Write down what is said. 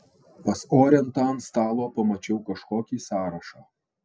pas orentą ant stalo pamačiau kažkokį sąrašą